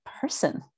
person